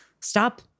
stop